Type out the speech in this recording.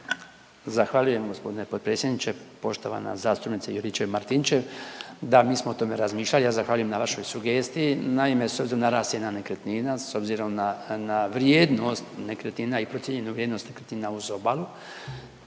Zahvaljujem gospodine potpredsjedniče. Poštovana zastupnice Juričev-Martinčev, da mi smo o tome razmišljati, ja zahvaljujem na vašoj sugestiji. Naime s obzirom na rast cijena nekretnina, s obzirom na vrijednost nekretnina i procijenjenu vrijednost nekretnina uz obalu,